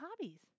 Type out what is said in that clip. hobbies